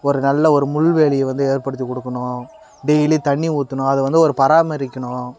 ஒரு நல்ல ஒரு முள்வேலியை வந்து ஏற்படுத்தி கொடுக்கணும் டெய்லி தண்ணி ஊற்றணும் அதை வந்து ஒரு பராமரிக்கணும்